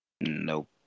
Nope